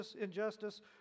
injustice